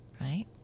right